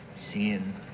Seeing